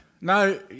No